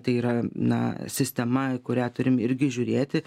tai yra na sistema į kurią turim irgi žiūrėti